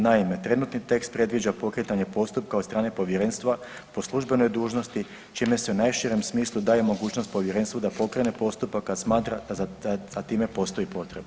Naime, trenutni tekst predviđa pokretanje postupka od strane povjerenstva po službenoj dužnosti čime se u najširem smislu daje mogućnost povjerenstvu da pokrene postupak … smatra da za time postoji potreba.